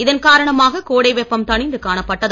இதன் காரணமாக கோடை வெப்பம் தணிந்து காணப்பட்டது